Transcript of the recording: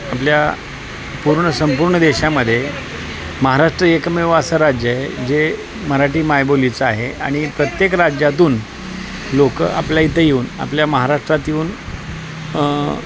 आपल्या पूर्ण संपूर्ण देशामध्ये महाराष्ट्र एकमेव असं राज्य आहे जे मराठी मायबोलीचं आहे आणि प्रत्येक राज्यातून लोक आपल्या इथं येऊन आपल्या महाराष्ट्रात येऊन